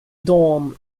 dawn